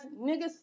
niggas